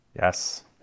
Yes